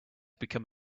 become